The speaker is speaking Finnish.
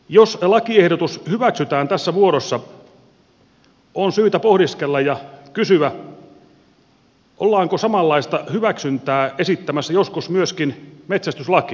jos lakiehdotus hyväksytään tässä muodossa on syytä pohdiskella ja kysyä ollaanko samanlaista hyväksyntää esittämässä joskus myöskin metsästyslakiin